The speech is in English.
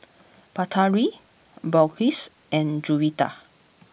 Batari Balqis and Juwita